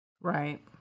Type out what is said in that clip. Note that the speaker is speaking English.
right